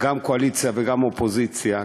גם קואליציה וגם אופוזיציה,